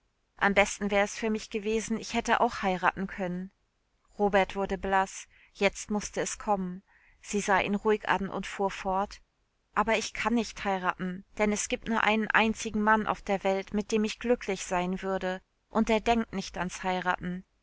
am besten wär es für mich gewesen ich hätte auch heiraten können robert wurde blaß jetzt mußte es kommen sie sah ihn ruhig an und fuhr fort aber ich kann nicht heiraten denn es gibt nur einen einzigen mann auf der welt mit dem ich glücklich sein würde und der denkt nicht ans heiraten